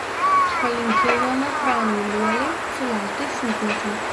palinkėjome pranui liuoliai sulaukti šimtmečio